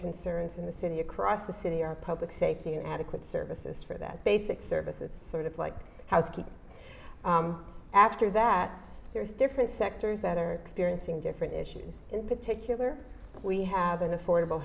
concerns in the city across the city are public safety and adequate services for that basic services sort of like housekeeping after that there's different sectors that are experiencing different issues in particular we have an affordable